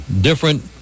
different